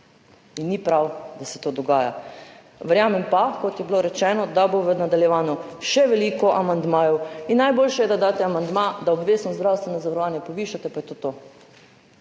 In ni prav, da se to dogaja. Verjamem pa, kot je bilo rečeno, da bo v nadaljevanju še veliko amandmajev. Najboljše je, da daste amandma, da obvezno zdravstveno zavarovanje povišate, pa je to to.